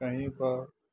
कहींपर